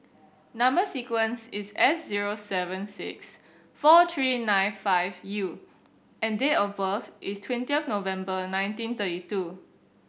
number sequence is S zero seven six four three nine five U and date of birth is twenty November nineteen thirty two